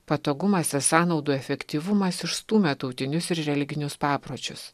patogumuose sąnaudų efektyvumas išstūmė tautinius ir religinius papročius